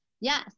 Yes